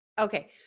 Okay